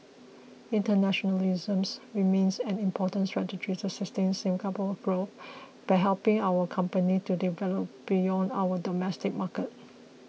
internationalisms remains an important strategy to sustain Singapore's growth by helping our companies to develop beyond our domestic market